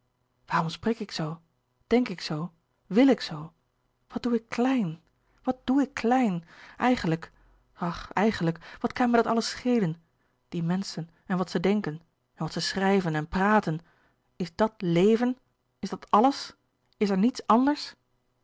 waarom spreek ik zoo denk ik zoo wil ik zoo wat doe ik klein wat doe ik klein eigenlijk ach eigenlijk wat kan mij dat alles schelen die menschen en wat ze denken en wat ze schrijven en praten is dat léven is dat alles is er niets anders